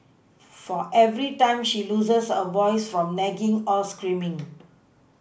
for every time she loses her voice from nagging or screaming